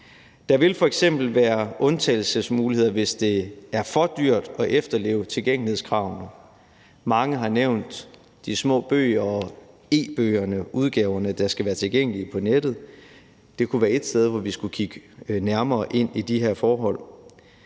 Der vil f.eks. være undtagelsesmuligheder, hvis det er for dyrt at efterleve tilgængelighedskravene. Mange har nævnt de små bøger og e-bøgerne – udgaver, der skal være tilgængelige på nettet. Det kunne være et sted, hvor vi skulle kigge nærmere ind i de her forhold.